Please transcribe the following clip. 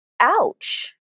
ouch